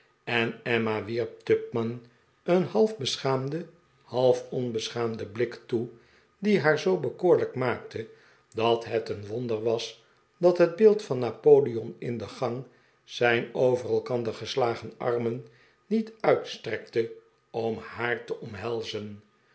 en emma wierp tupman een half beschaamden half onbesehaamden blik toe die haar zoo bekoorlijk maakte dat het een wonder was dat het beeld van napoleon in de gang zijn over elkander geslagen armen niet uitstrekte om haar te omhelzen